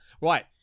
Right